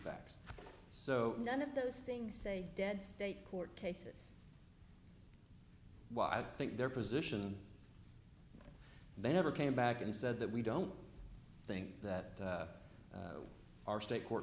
facts so none of those things say dead state court cases why i think their position they never came back and said that we don't think that our state court